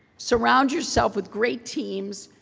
surround yourself with great teams,